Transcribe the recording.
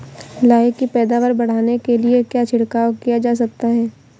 लाही की पैदावार बढ़ाने के लिए क्या छिड़काव किया जा सकता है?